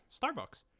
Starbucks